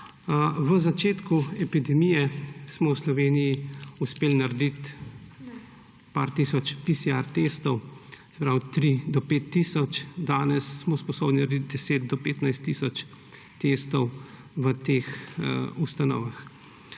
Na začetku epidemije smo v Sloveniji uspeli narediti nekaj tisoč testov PCR, od 3 do 5 tisoč, danes smo sposobni narediti od 10 do 15 tisoč testov v teh ustanovah.